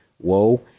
Whoa